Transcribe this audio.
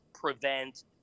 prevent